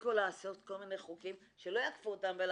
ותפסיקו לעשות כל מיני חוקים שלא יאכפו אותם.